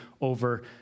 over